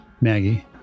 Maggie